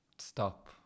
stop